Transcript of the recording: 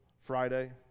Friday